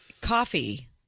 coffee